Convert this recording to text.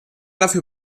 dafür